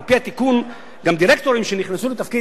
כי על-פי התיקון גם דירקטורים שנכנסו לתפקיד